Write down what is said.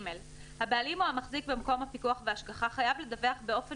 (ג)הבעלים או המחזיק במקום הפיקוח וההשגחה חייב לדווח באופן